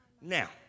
Now